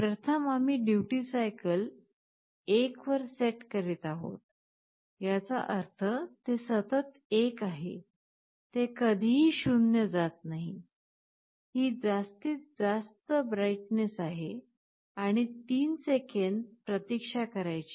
प्रथम आम्ही duty cycle 1 वर सेट करीत आहोत याचा अर्थ ते सतत 1 आहे ते कधीही 0 जात नाही ही जास्तीत जास्त ब्राइटनेस आहे आणि 3 सेकंद प्रतीक्षा करायची आहे